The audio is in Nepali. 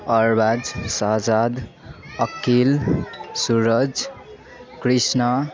अर्बाज शहजाद अक्किल सुरज कृष्ण